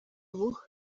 ubu